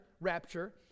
rapture